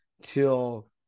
till